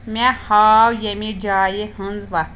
مےٚ ہاو ییٚمہِ جایہِ ہنٛز وَتھ